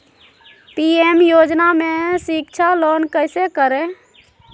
PM योजना में शिक्षा लोन कैसे करें?